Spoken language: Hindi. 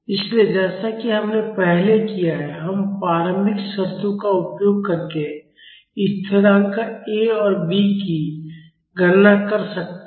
इसलिए जैसा कि हमने पहले किया है हम प्रारंभिक शर्तों का उपयोग करके स्थिरांक A और B की गणना कर सकते हैं